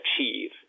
achieve